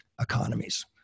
economies